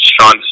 Sean